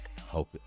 hope